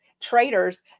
traders